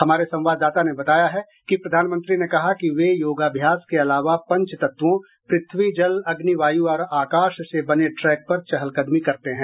हमारे संवाददाता ने बताया है कि प्रधानमंत्री ने कहा कि वे योगाभ्यास के अलावा पंचतत्वों पृथ्वी जल अग्नि वायु और आकाश से बने ट्रैक पर चहल कदमी करते हैं